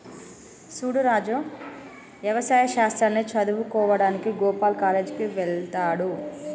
సూడు రాజు యవసాయ శాస్త్రాన్ని సదువువుకోడానికి గోపాల్ కాలేజ్ కి వెళ్త్లాడు